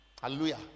Hallelujah